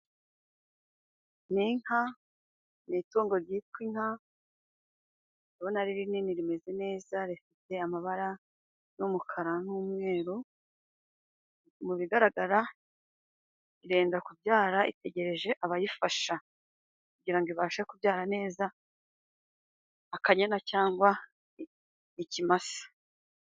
Ni inka ni itungo ryitwa inka ndabona ari rinini rimeze neza. Rifite amabara y'umukara n'umweru mu bigaragara irenda kubyara. Itegereje abayifasha kugirango ibashe kubyara neza, akanyana cyangwa ikimasa.